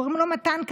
קוראים לו מתן כהנא,